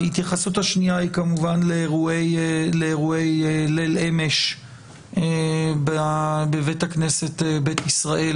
ההתייחסות השנייה היא כמובן לאירועי ליל אמש בבית הכנסת "בית ישראל"